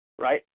Right